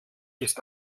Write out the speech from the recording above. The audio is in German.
ist